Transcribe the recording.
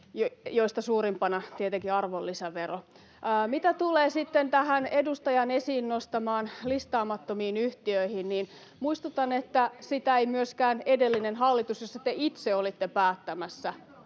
joista suurimpana tietenkin arvonlisävero. Mitä tulee sitten tähän edustajan esiin nostamaan, listaamattomiin yhtiöihin, niin muistutan, että sitä ei myöskään edellinen hallitus, jossa te itse olitte päättämässä,